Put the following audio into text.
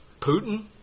Putin